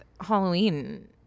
Halloween